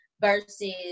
versus